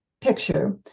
picture